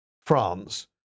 France